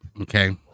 Okay